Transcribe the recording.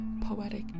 poetic